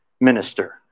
minister